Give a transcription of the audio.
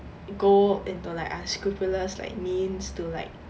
go into like unscrupulous like means to like